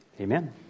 Amen